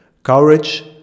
Courage